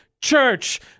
church